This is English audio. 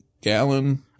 gallon